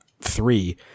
three